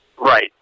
Right